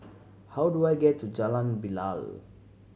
how do I get to Jalan Bilal